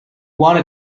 wanna